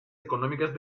económicas